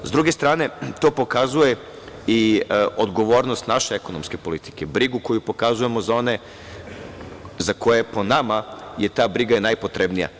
S druge strane, to pokazuje i odgovornost naše ekonomske politike, brigu koju pokazujemo za one za koje je po nama ta briga i najpotrebnija.